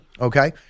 okay